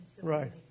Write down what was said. Right